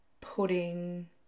pudding